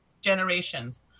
generations